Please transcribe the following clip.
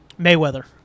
Mayweather